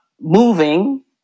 moving